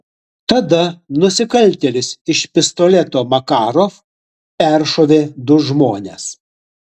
tada nusikaltėlis iš pistoleto makarov peršovė du žmones